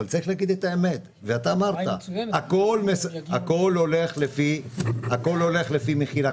אבל צריך להגיד את האמת ואתה אמרת הכול הולך לפי מחיר הקרקע,